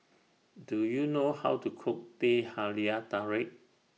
Do YOU know How to Cook Teh Halia Tarik